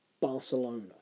Barcelona